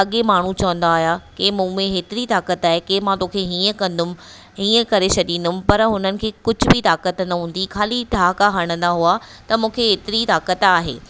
अॻे माण्हू चवंदा हुया की मूं में हेतिरी ताक़त आहे की मां तोखे हीअं कंदुमि हीअं करे छॾींदुमि पर हुननि खे कुझु बि ताक़त न हूंदी ख़ाली ठहाका हणंदा हुआ त मूंखे हेतिरी ताक़त आहे